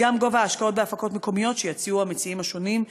גם גובה ההשקעות בהפקות מקומיות שיציעו המציעים השונים,